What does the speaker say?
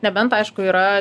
nebent aišku yra